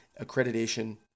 Accreditation